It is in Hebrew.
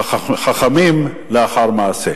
חכמים לאחר מעשה.